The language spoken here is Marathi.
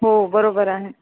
हो बरोबर आहे